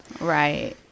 right